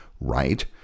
right